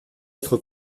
être